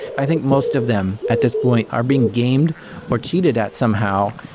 i think most of them at this point are being gamed or cheated at somehow,